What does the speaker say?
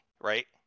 right